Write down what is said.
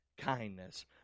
kindness